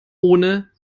ohne